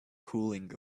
cooling